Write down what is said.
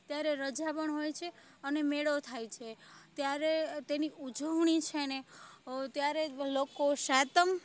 ત્યારે રજા પણ હોય છે અને મેળો થાય છે ત્યારે તેની ઉજવણી છે ને ત્યારે જ લોકો સાતમ